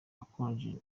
akonje